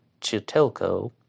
Chitelco